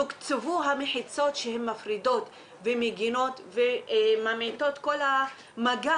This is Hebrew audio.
תוקצבו המחיצות שהן מפרידות ומגנות וממעיטות בכל המגע